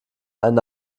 einen